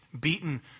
beaten